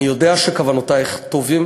אני יודע שכוונותייך טובות.